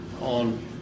on